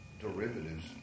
derivatives